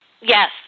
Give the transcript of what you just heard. yes